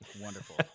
wonderful